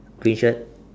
pink shirt